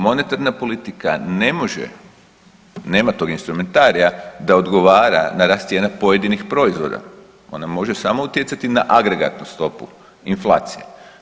Monetarna politika ne može, nema tog instrumentarija da odgovara na rast cijena pojedinih proizvoda, ona može samo utjecati na agregatnu stopu inflacije.